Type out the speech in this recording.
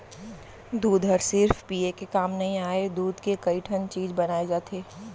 दूद हर सिरिफ पिये के काम नइ आय, दूद के कइ ठन चीज बनाए जाथे